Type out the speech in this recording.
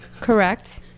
Correct